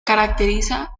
caracteriza